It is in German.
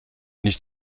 nicht